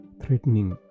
threatening